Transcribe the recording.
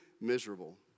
miserable